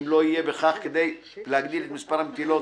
אם לא יהיה בכך כדי להגדיל את מספר המטילות